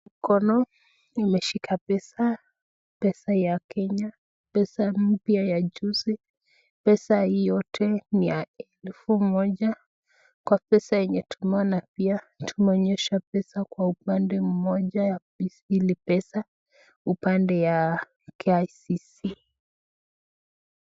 Kwa mkono nimeshika pesa pesa ya kenya pesa mpya ya juzi pesa hii yote niya elfu moja kwa pesa yenye tumeona pia tumeonyeshwa pesa kwa upande mmoja ya hili pesa upande ya (cs)kicc(cs)